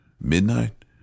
Midnight